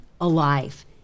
alive